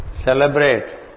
celebrate